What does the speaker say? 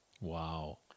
wow